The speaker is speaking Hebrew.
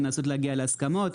לנסות להגיע להסכמות.